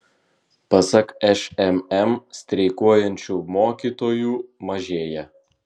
pasak šmm streikuojančių mokytojų mažėja